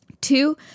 Two